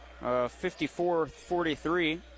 54-43